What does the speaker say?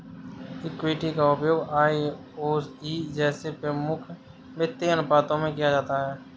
equity का उपयोग ROE जैसे कई प्रमुख वित्तीय अनुपातों में किया जाता है